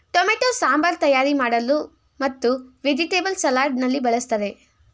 tomato sambar ತಯಾರಿ ಮಾಡಲು ಮತ್ತು ವೆಜಿಟೇಬಲ್ಸ್ ಸಲಾಡ್ ನಲ್ಲಿ ಬಳ್ಸತ್ತರೆ